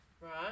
Right